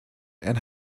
and